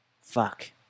Fuck